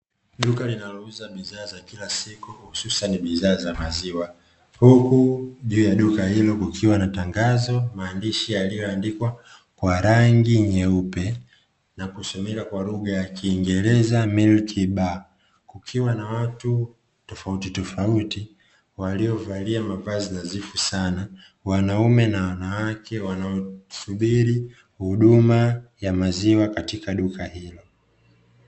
Duka linalouza bidhaa za kila siku hususani maziwa huku kwenye duka hilo kukiwa na tangazo maandishi yaliyo andikwa kwa rangi nyeupe na kusomeka kwa lugha ya kiingereza"Milk Bar", kukiwa na watu tofauti tofauti waliovalia mavazi nadhifu sana wanaume na wanawake wanaosubiri huduma ya maziwa katika duka hilo.